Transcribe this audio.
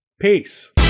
Peace